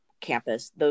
campus